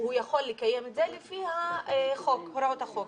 הוא יכול לקיים את זה לפי הוראות החוק.